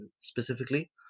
specifically